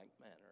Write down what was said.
manner